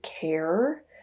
care